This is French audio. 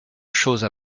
choses